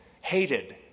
hated